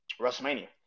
WrestleMania